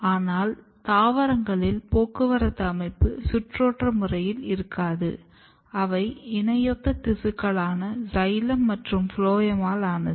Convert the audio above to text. ஆனால் தாவரங்களில் போக்குவரத்து அமைப்பு சுற்றோட்ட முறையில் இருக்காது அவை இணையொத்த திசுக்களான சைலம் மற்றும் ஃபுளோயமால் ஆனது